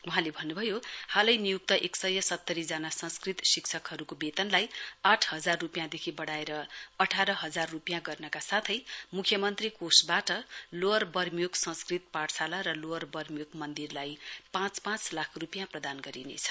वहाँले भन्नुभयो हालै नियुक्त एक सय सत्रीजना संस्कृत शिक्षकहरुको वेतनलाई आठहजार रुपियाँदेखि वढ़ाएर अठार हजार रुपियाँ गर्नका साथै मुख्यमन्त्री कोषवाट लोवर वर्मियोक संस्कृत पाठशाला र लोवर बर्मियोक मन्दिरलाई पाँच पाँच लाख रुपियाँ प्रदान गरिनेछ